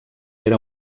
era